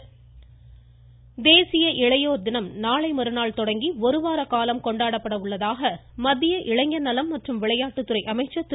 பிரதமர் தேசிய இளையோர் தினம் நாளை மறுநாள் தொடங்கி ஒரு வார காலம் கொண்டாடப்பட உள்ளதாக மத்திய இளைஞர்நலம் மற்றும் விளையாட்டுத் துறை அமைச்சர் திரு